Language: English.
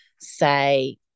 say